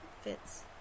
fits